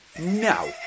now